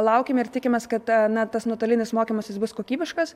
laukiam ir tikimės kad na tas nuotolinis mokymasis bus kokybiškas